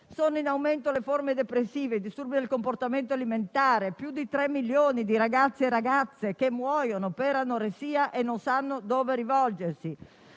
Sono in aumento le forme depressive e i disturbi del comportamento alimentare: più di 3 milioni di ragazzi e ragazze muoiono per anoressia e non sanno a chi e dove rivolgersi.